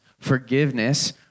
forgiveness